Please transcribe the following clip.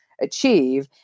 achieve